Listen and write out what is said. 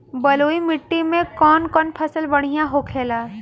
बलुई मिट्टी में कौन कौन फसल बढ़ियां होखेला?